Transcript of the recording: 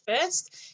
first